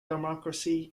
democracy